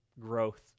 growth